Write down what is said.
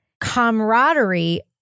camaraderie